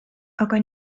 aga